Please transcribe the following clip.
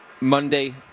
Monday